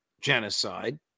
genocide